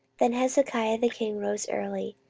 then hezekiah the king rose early,